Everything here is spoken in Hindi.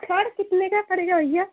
छड़ कितने का पड़ेगा भैया